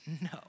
no